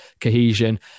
cohesion